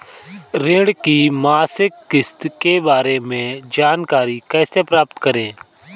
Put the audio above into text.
ऋण की मासिक किस्त के बारे में जानकारी कैसे प्राप्त करें?